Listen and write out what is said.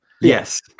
Yes